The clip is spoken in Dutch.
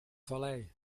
vallei